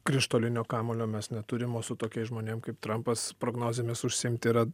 krištolinio kamuolio mes neturim o su tokiais žmonėm kaip trampas prognozėmis užsiimti yra